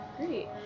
Great